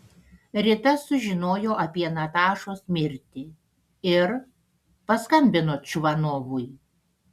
rita sužinojo apie natašos mirtį ir paskambino čvanovui